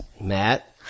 Matt